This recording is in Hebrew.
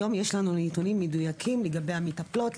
היום יש לנו נתונים מדויקים לגבי המטפלות,